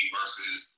versus